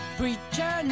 preacher